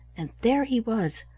and there he was,